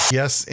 yes